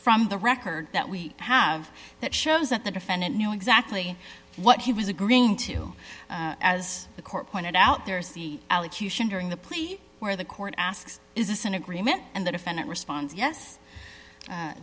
from the record that we have that shows that the defendant knew exactly what he was agreeing to as the court pointed out there's the allocution during the plea where the court asks is this an agreement and the defendant responds yes